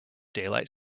daylight